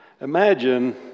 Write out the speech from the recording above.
Imagine